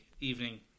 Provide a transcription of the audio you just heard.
evening